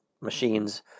machines